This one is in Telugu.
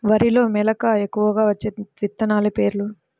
వరిలో మెలక ఎక్కువగా వచ్చే విత్తనాలు పేర్లు?